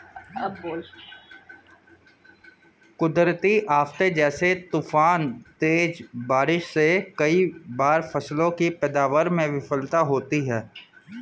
कुदरती आफ़ते जैसे तूफान, तेज बारिश से कई बार फसलों की पैदावार में विफलता होती है